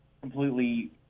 completely